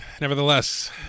nevertheless